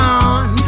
on